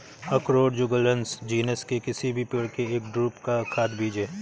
अखरोट Juglans genus के किसी भी पेड़ के एक ड्रूप का खाद्य बीज है